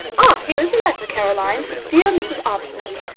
ah, here is a letter, caroline, from dear mrs. arbuthnot.